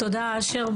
תודה אשר.